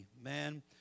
amen